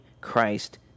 Christ